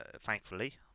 thankfully